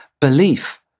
belief